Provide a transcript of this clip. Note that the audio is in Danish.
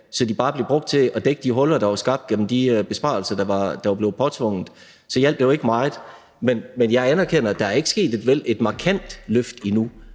så de bare blev brugt til at dække de huller, der var skabt gennem de besparelser, der var blevet påtvunget kommunerne, så hjalp det jo ikke meget. Jeg anerkender, at der ikke er sket et markant løft endnu,